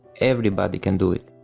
everybody can do it.